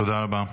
תודה רבה.